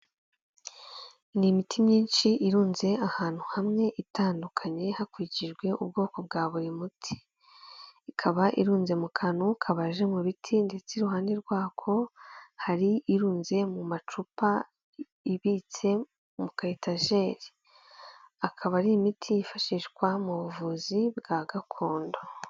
Ni imiti myinshi, irunze ahantu hamwe, itandukanye hakurikijwe ubwoko bwa buri muti. Ikaba irunze mu kantu kabaje mu biti ndetse iruhande rwako hari irunze mu macupa, ibitse mu ka etageri. Akaba ari imiti yifashishwa mu buvuzi, bwa gakondo.